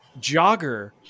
jogger